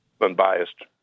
unbiased